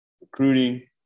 recruiting